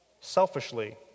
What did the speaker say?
selfishly